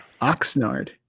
Oxnard